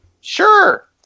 Sure